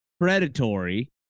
predatory